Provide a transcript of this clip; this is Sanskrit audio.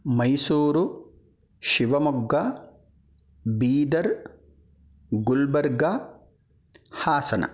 मैसूरु शिवमोग्गा बीदर् गुल्बर्गा हासन